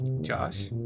Josh